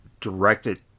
directed